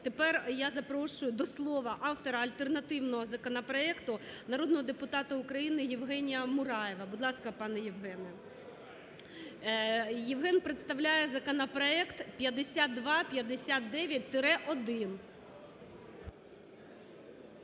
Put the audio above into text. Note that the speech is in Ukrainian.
Тепер я запрошую до слова автора альтернативного законопроекту народного депутата України Євгенія Мураєва. Будь ласка, пане Євгене. Євген представляє законопроект 5259-1.